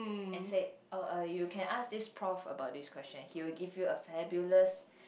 and said oh uh you can ask this prof about this question he will give you a fabulous